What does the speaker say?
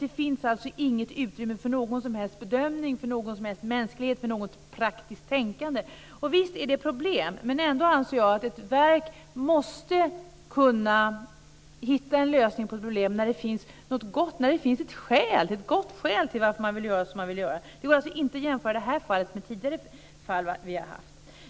Det finns inte något som helst utrymme för bedömning, för mänsklighet eller för praktiskt tänkande. Visst är det problem, men ändå anser jag att ett verk måste kunna hitta en lösning på problemet, när det finns ett gott skäl till att man vill göra på ett visst sätt. Det går alltså inte att jämföra det här fallet med tidigare fall.